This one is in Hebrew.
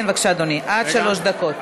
כן, בבקשה, אדוני, עד שלוש דקות.